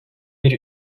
bir